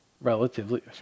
relatively